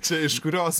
čia iš kurios